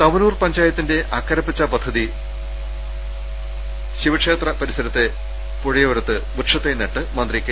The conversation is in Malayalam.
തവനൂർ പഞ്ചായത്തിന്റെ അക്കരപ്പച്ച പദ്ധതി ബ്രഹ്മ ശിവക്ഷേത്ര പരിസരത്തെ പുഴയോരത്ത് വൃക്ഷത്ത്തെ നട്ടു മന്ത്രി കെ